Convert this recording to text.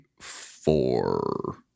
four